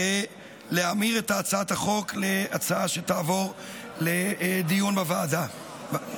ולהמיר את הצעת החוק להצעה שתעבור לדיון בוועדה.